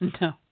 No